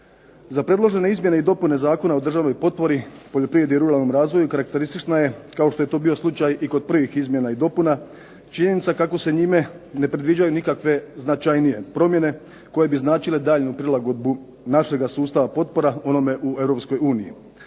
Za predložene izmjene i dopune Zakona o državnoj potpori poljoprivredi i ruralnom razvoju karakteristična je, kao što je to bio slučaj i kod prvih izmjena i dopuna, činjenica kako se njime ne predviđaju nikakve značajnije promjene koje bi značile daljnju prilagodbu našega sustava potpora onome u EU